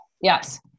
Yes